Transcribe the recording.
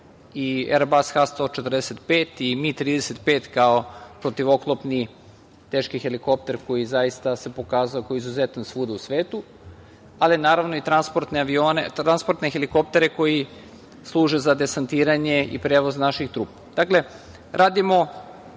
i „Er-bas“ Ha 145 i Mi 35 kao protivoklopni teški helikopter koji, zaista, se pokazao kao izuzetan kao svuda u svetu, ali, naravno, i transportne helikoptere koji služe za desantiranje i prevoz naših